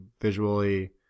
visually